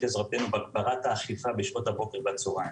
עזרתנו בהגברת האכיפה בשעות הבוקר והצהריים.